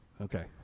Okay